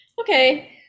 Okay